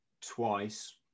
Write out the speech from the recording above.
twice